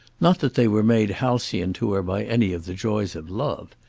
not that they were made halcyon to her by any of the joys of love.